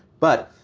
but